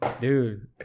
Dude